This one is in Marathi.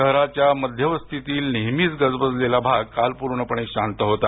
शहराच्या मध्यवस्तीतील नेहमीच गजबजलेला भाग काल पूर्णपणे शांत होता